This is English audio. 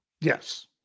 Yes